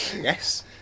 yes